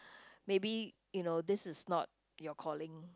maybe you know this is not your calling